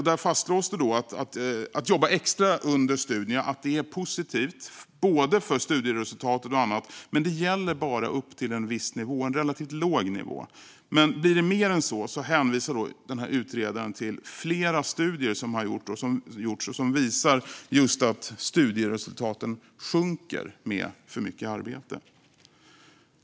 Där fastslås att extrajobb under studierna är positivt för både studieresultat och annat, men det gäller bara upp till en relativt låg nivå. Blir det mer än så hänvisar utredaren till flera studier som gjorts som visar just att studieresultaten sjunker med för mycket arbete.